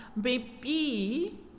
baby